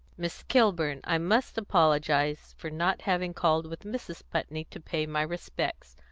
miss kilburn, i must apologise for not having called with mrs. putney to pay my respects.